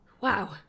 Wow